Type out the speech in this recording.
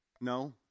No